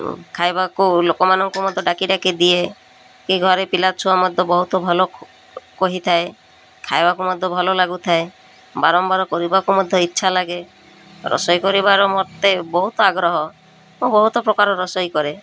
ଖାଇବାକୁ ଲୋକମାନଙ୍କୁ ମଧ୍ୟ ଡାକି ଡାକି ଦିଏ କି ଘରେ ପିଲା ଛୁଆ ମଧ୍ୟ ବହୁତ ଭଲ କହିଥାଏ ଖାଇବାକୁ ମଧ୍ୟ ଭଲ ଲାଗୁଥାଏ ବାରମ୍ବାର କରିବାକୁ ମଧ୍ୟ ଇଚ୍ଛା ଲାଗେ ରୋଷେଇ କରିବାର ମୋତେ ବହୁତ ଆଗ୍ରହ ମୁଁ ବହୁତ ପ୍ରକାର ରୋଷେଇ କରେ